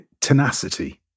Tenacity